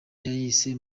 yayise